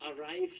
arrived